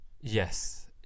yes